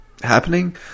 happening